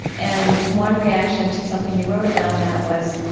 and one reaction to something you wrote about that was,